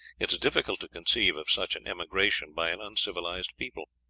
it is difficult to conceive of such an emigration by an uncivilized people.